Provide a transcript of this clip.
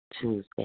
Tuesday